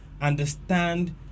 understand